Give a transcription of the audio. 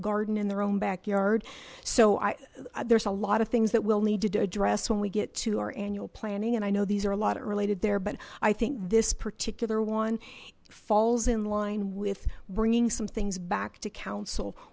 garden in their own backyard so i there's a lot of things that we'll need to address when we get to our annual planning and i know these are a lot it related there but i think this particular one falls in line with bringing some things back to coun